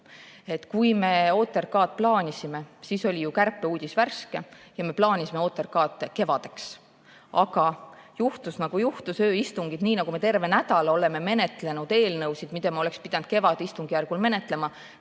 Kui me OTRK‑d plaanisime, siis oli kärpeuudis ju värske ja me plaanisime OTRK‑d kevadeks. Aga juhtus, nagu juhtus, ööistungid. Nii nagu me terve nädala oleme menetlenud eelnõusid, mida me oleksime pidanud kevadistungjärgul menetlema,